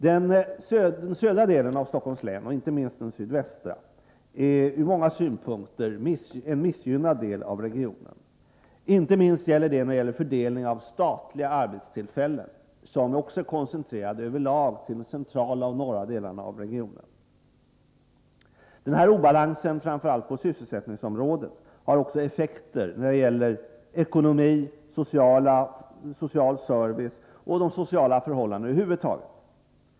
Den södra delen av Stockholms län, inte minst den sydvästra, är ur många synpunkter en missgynnad del av regionen. Främst gäller detta fördelningen av statliga arbetstillfällen, vilka också över lag är koncentrerade till de centrala och norra delarna av regionen. Denna obalans, framför allt på sysselsättningsområdet, har också effekter när det gäller ekonomi, social service och sociala förhållanden över huvud taget.